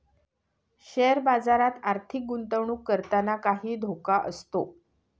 share बाजारात आर्थिक गुंतवणूक करताना काही धोका असतो